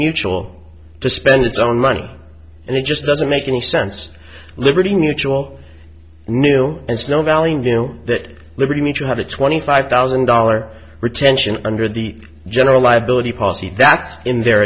mutual to spend its own money and it just doesn't make any sense liberty mutual new and snow values you know that liberty meet you had a twenty five thousand dollar retention under the general liability policy that's in their